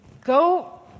Go